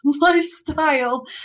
lifestyle